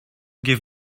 give